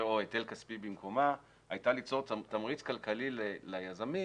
היטל כספי במקומה, הייתה ליצור תמריץ כלכלי ליזמים